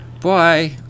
Bye